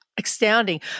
Astounding